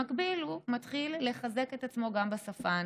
ובמקביל הוא מתחיל לחזק את עצמו גם בשפה האנגלית.